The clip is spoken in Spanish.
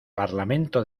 parlamento